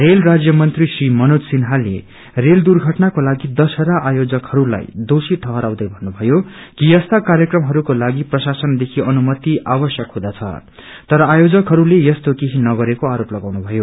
rail राज्य मंत्री श्री मनोज सिन्हाले रेल दुर्घटनाको लागि दशहरा आयोजकहरूलाई दोषी ठहराउँदै भन्नुभयो कि यस्ता कार्यक्रमहरूको लागि प्रशासनदेखि अनुमति आवश्यक हुँदछ तर आयोजकहरूले यस्तो केही नगरेको आरोप लगाउनुभयो